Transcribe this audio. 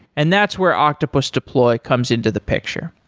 and that's where octopus deploy comes into the picture.